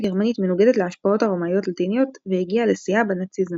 המהות הגרמנית מנוגדת להשפעות הרומאיות לטיניות והגיעה לשיאה בנאציזם.